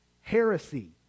Heresy